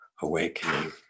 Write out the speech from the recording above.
awakening